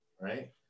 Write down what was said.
right